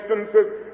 instances